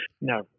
No